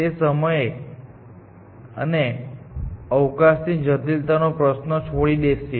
તે સમય અને અવકાશની જટિલતાનો પ્રશ્ન છોડી દે છે